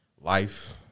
life